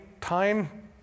time